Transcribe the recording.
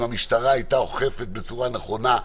אם המשטרה הייתה אוכפת בצורה נכונה,